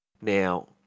Now